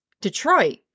Detroit